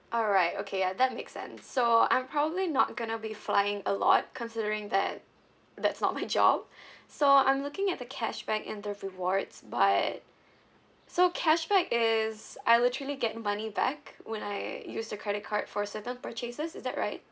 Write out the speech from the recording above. alright okay ya that makes sense so I'm probably not going to be flying a lot considering that that's not my job so I'm looking at the cashback and the rewards but so cashback is I literally get money back when I use the credit card for certain purchases is that right